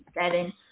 seven